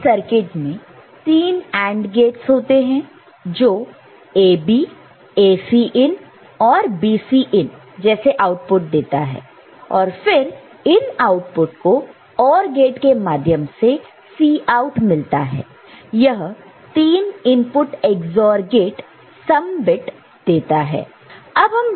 इस सर्किट में 3 AND gates होते हैं जो AB ACin और BCin आउटपुट देता है और फिर इन आउटपुट को OR गेट के माध्यम से Cout मिलता है यह 3 input XOR gate sum bit देता है